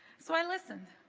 so i listened